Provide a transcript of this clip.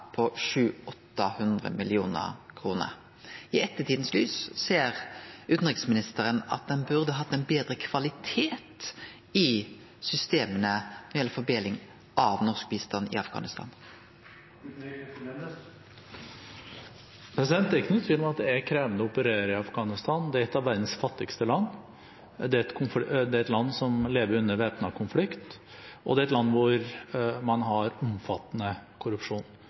I ettertidas lys: Ser utanriksministeren at ein burde hatt ein betre kvalitet på systema når det gjeld fordeling av norsk bistand i Afghanistan? Det er ikke noen tvil om at det er krevende å operere i Afghanistan – det er et av verdens fattigste land, det er et land som lever med væpnet konflikt, og det er et land hvor man har omfattende korrupsjon.